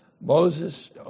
Moses